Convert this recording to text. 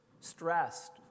stressed